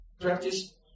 practice